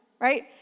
right